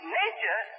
nature